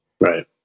Right